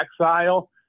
exile